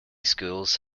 schools